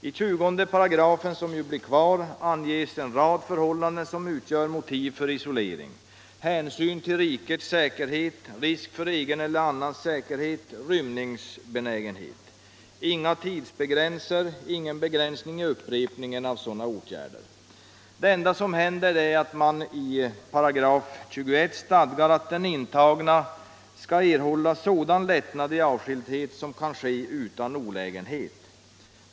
I 20 §, som ju blir kvar, anges en rad förhållanden som utgör motiv för isolering: hänsyn till rikets säkerhet, risk för egen eller andras säkerhet, rymningsbenägenhet. Inga tidsbegränsningar anges, ingen begränsning i upprepningen av sådana åtgärder. Det enda som händer är, som det stadgas i 21 §, att den intagne ”skall erhålla sådan lättnad i avskildheten som kan ske utan olägenhet”.